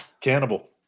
Cannibal